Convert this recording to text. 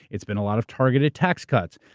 it's been a lot of targeted tax cuts.